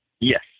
Yes